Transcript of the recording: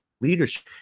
leadership